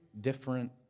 different